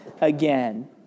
again